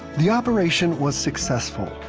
the operation was successful,